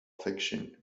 fiction